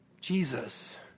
Jesus